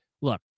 look